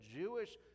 Jewish